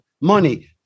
money